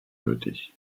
nötig